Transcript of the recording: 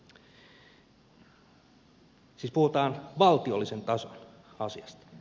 siis puhutaan valtiollisen tason asiasta